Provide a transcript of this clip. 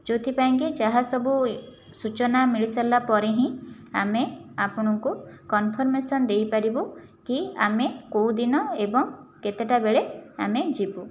ଯେଉଁଥିପାଇଁକି ଯାହା ସବୁ ସୂଚନା ମିଳିସାରିଲା ପରେ ହିଁ ଆମେ ଆପଣଙ୍କୁ କନ୍ଫର୍ମେସନ୍ ଦେଇପାରିବୁ କି ଆମେ କେଉଁଦିନ ଏବଂ କେତେଟାବେଳେ ଆମେ ଯିବୁ